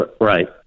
Right